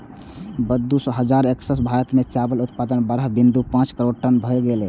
वर्ष दू हजार एक्कैस मे भारत मे चावल उत्पादन बारह बिंदु पांच करोड़ टन भए गेलै